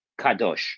Kadosh